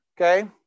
Okay